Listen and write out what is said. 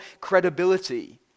credibility